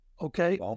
okay